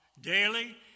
daily